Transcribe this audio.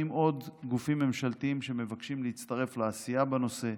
עוד גופים ממשלתיים שמבקשים להצטרף לעשייה בנושא,